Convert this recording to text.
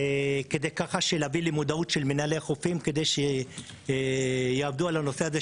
כדי להביא למודעות של מנהלי החופים לעניין הנגישות.